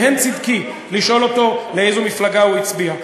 בהן צדקי, לשאול אותו לאיזו מפלגה הוא הצביע.